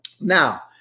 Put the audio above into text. Now